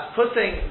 putting